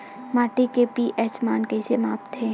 माटी के पी.एच मान कइसे मापथे?